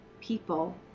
people